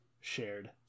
shared